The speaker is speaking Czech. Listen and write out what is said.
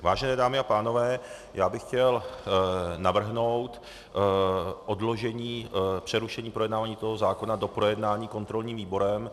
Vážené dámy a pánové, já bych chtěl navrhnout odložení přerušení projednávání toho zákona do projednání kontrolním výborem.